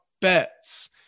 bets